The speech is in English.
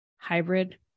hybrid